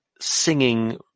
singing